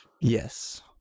Yes